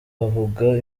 bavuga